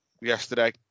yesterday